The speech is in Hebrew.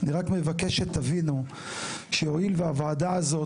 אני רק מבקש שתבינו שהואיל והוועדה הזו